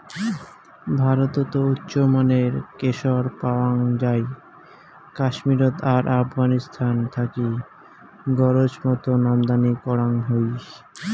ভারতত উচ্চমানের কেশর পাওয়াং যাই কাশ্মীরত আর আফগানিস্তান থাকি গরোজ মতন আমদানি করাং হই